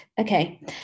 okay